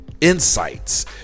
insights